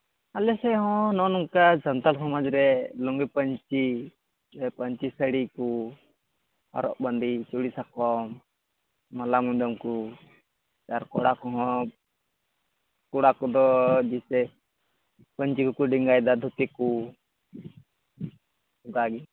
ᱟᱞᱮ ᱥᱮᱫ ᱦᱚᱸ ᱱᱚᱜ ᱱᱚᱝᱠᱟ ᱥᱟᱱᱛᱟᱞ ᱥᱚᱢᱟᱡᱽ ᱨᱮ ᱞᱩᱝᱜᱤ ᱯᱟᱹᱧᱪᱤ ᱯᱟᱹᱧᱪᱤ ᱥᱟᱹᱲᱤ ᱠᱚ ᱦᱚᱨᱚᱜ ᱵᱟᱸᱫᱮ ᱪᱩᱲᱤ ᱥᱟᱠᱚᱢ ᱢᱟᱞᱟ ᱢᱩᱫᱟᱹᱢ ᱠᱚ ᱟᱨ ᱠᱚᱲᱟ ᱠᱚ ᱦᱚᱸ ᱠᱚᱲᱟ ᱠᱚᱫᱚ ᱡᱮᱥᱮ ᱯᱟᱹᱧᱪᱤ ᱠᱚ ᱠᱚ ᱰᱮᱸᱜᱟᱭᱮᱫᱟ ᱫᱷᱩᱛᱤ ᱠᱚ ᱚᱱᱠᱟ ᱜᱮ